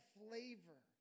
flavor